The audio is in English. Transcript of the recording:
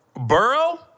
Burrow